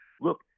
look